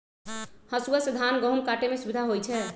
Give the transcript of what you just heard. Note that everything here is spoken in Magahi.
हसुआ से धान गहुम काटे में सुविधा होई छै